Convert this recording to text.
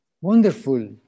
wonderful